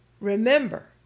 remember